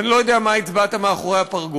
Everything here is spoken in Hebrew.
ואני לא יודע מה הצבעת מאחורי הפרגוד,